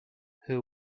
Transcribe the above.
her